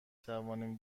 توانیم